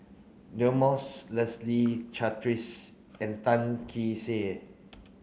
Deirdre Moss Leslie Charteris and Tan Kee Sek